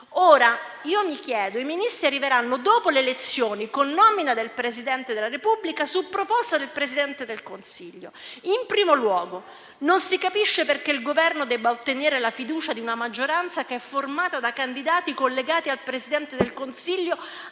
del Consiglio. I Ministri arriveranno dopo le elezioni, con nomina del Presidente della Repubblica, su proposta del Presidente del Consiglio. In primo luogo, non si capisce perché il Governo debba ottenere la fiducia di una maggioranza che è formata da candidati collegati al Presidente del Consiglio,